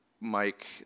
Mike